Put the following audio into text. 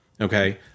Okay